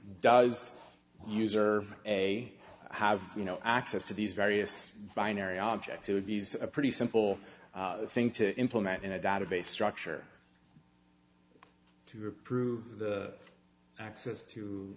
does user a have you know access to these various binary objects it would be a pretty simple thing to implement in a database structure to approve access to